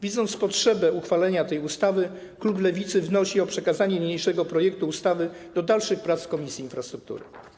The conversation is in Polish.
Widząc potrzebę uchwalenia tej ustawy, klub Lewicy wnosi o skierowanie niniejszego projektu do dalszych prac w Komisji Infrastruktury.